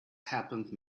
happened